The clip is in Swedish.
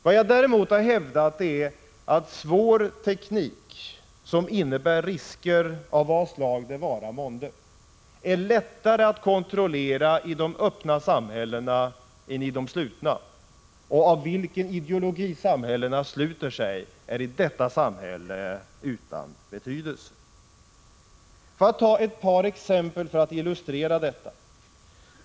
Vad jag däremot har hävdat är att svår teknik som innebär risker — av vad slag det vara månde — är lättare att kontrollera i de öppna samhällena än i de slutna, och av vilken ideologi samhällena sluter sig är då utan betydelse. Jag skall ta ett par exempel för att illustrera detta.